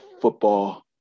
football